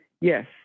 yes